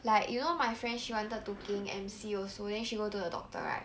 like you know my friend she wanted to keng M_C also then she go to the doctor right